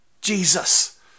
Jesus